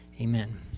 amen